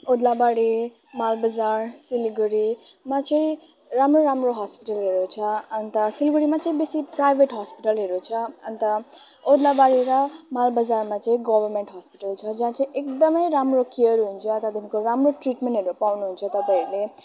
ओदलाबारी मालबजार सिलगढीमा चाहिँ राम्रो राम्रो हस्पिटलहरू छ अन्त सिलगढीमा चाहिँ बेसी प्राइभेट हस्पिटलहरू छ अन्त ओदलाबारी र मालबजारमा चाहिँ गभर्नमेन्ट हस्पिटल छ जहाँ चाहिँ एकदमै राम्रो केयर हुन्छ त्यहाँदेखिको राम्रो ट्रिटमेन्ट पाउनु हुन्छ तपाईँहरूले